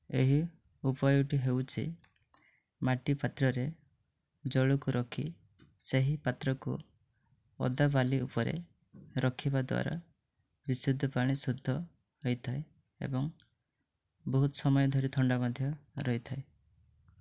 ଏହି ଉପାୟଟି ହେଉଛି ମାଟି ପାତ୍ରରେ ଜଳକୁ ରଖି ସେହି ପାତ୍ରକୁ ଓଦା ବାଲି ଉପରେ ରଖିବା ଦ୍ୱାରା ବିଶୁଦ୍ଧ ପାଣି ଶୁଦ୍ଧ ହୋଇଥାଏ ଏବଂ ବହୁତ ସମୟ ଧରି ଥଣ୍ଡା ମଧ୍ୟ ରହିଥାଏ